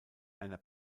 einer